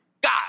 God